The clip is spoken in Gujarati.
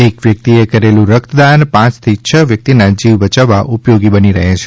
એક વ્યક્તિએ કરેલું રક્તદાન પાંચથી છ વ્યક્તિના જીવ બચાવવા ઉપયોગી બની રહે છે